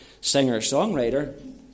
singer-songwriter